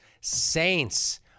Saints